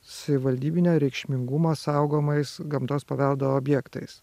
savivaldybinio reikšmingumo saugomais gamtos paveldo objektais